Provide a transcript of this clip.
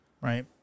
Right